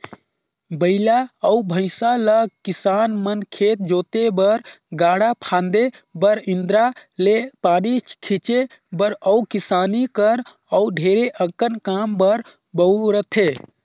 बइला अउ भंइसा ल किसान मन खेत जोते बर, गाड़ा फांदे बर, इन्दारा ले पानी घींचे बर अउ किसानी कर अउ ढेरे अकन काम बर बउरथे